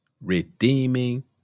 redeeming